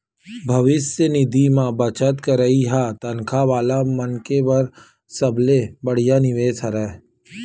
भविस्य निधि म बचत करई ह तनखा वाला मनखे बर सबले बड़िहा निवेस हरय